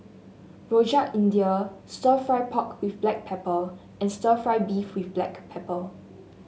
Rojak India stir fry pork with Black Pepper and stir fry beef with Black Pepper